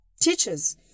teachers